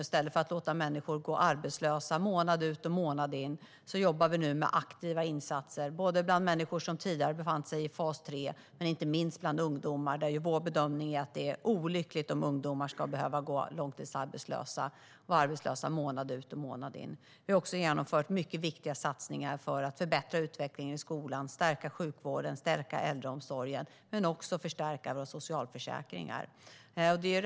I stället för att låta människor går arbetslösa månad ut och månad in jobbar vi med aktiva insatser för människor som tidigare befann sig i fas 3 och inte minst för ungdomar. Vår bedömning är att det är olyckligt om ungdomar ska behöva gå arbetslösa månad ut och månad in. Vi har också genomfört viktiga satsningar för att förbättra utvecklingen i skolan, stärka sjukvården och äldreomsorgen samt förstärka våra socialförsäkringar.